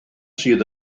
sydd